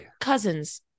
cousins